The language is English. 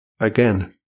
Again